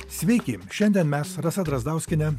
sveiki šiandien mes rasa drazdauskienė